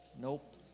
Nope